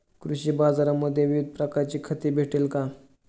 कृषी बाजारांमध्ये विविध प्रकारची खते भेटेल का?